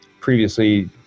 previously